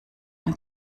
ein